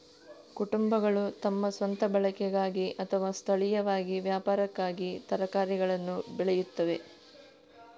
ಕುಟುಂಬಗಳು ತಮ್ಮ ಸ್ವಂತ ಬಳಕೆಗಾಗಿ ಅಥವಾ ಸ್ಥಳೀಯವಾಗಿ ವ್ಯಾಪಾರಕ್ಕಾಗಿ ತರಕಾರಿಗಳನ್ನು ಬೆಳೆಯುತ್ತವೆ